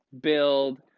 build